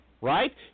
right